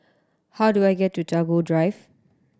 how do I get to Tagore Drive